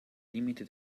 limite